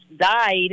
died